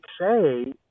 say